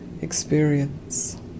experience